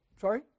Sorry